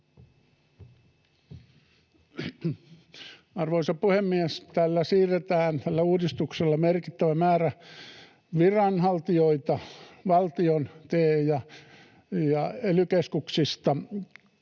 Arvoisa puhemies! Tällä uudistuksella siirretään merkittävä määrä viranhaltijoita valtion TE- ja ely-keskuksista